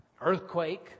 earthquake